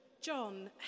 John